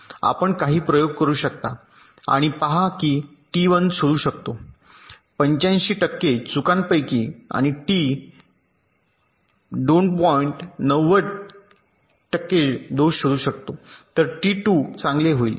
आपण काही प्रयोग करू शकता आणि पहा की टी 1 शोधू शकतो 85 चुकांपैकी आणि टी 2 90 दोष शोधू शकतो तर टी 2 चांगले होईल